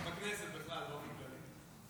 --- בכנסת בכלל, באופן כללי.